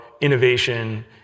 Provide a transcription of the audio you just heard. innovation